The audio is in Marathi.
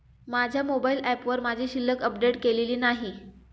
माझ्या मोबाइल ऍपवर माझी शिल्लक अपडेट केलेली नाही